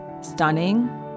stunning